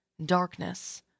Darkness